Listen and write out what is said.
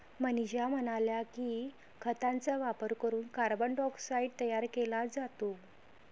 मनीषा म्हणाल्या की, खतांचा वापर करून कार्बन डायऑक्साईड तयार केला जातो